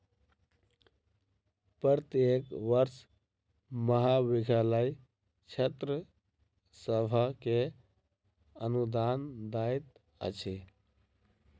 प्रत्येक वर्ष महाविद्यालय छात्र सभ के अनुदान दैत अछि